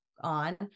on